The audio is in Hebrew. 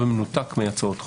במנותק מהצעות חוק,